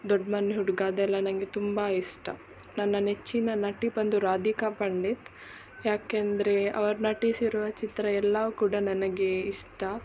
ದೊಡ್ಡ ಮನೆ ಹುಡುಗ ಅದೆಲ್ಲ ನನಗೆ ತುಂಬ ಇಷ್ಟ ನನ್ನ ನೆಚ್ಚಿನ ನಟಿ ಬಂದು ರಾಧಿಕಾ ಪಂಡಿತ್ ಯಾಕೆ ಅಂದರೆ ಅವರು ನಟಿಸಿರುವ ಚಿತ್ರ ಎಲ್ಲ ಕೂಡ ನನಗೆ ಇಷ್ಟ